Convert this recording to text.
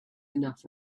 enough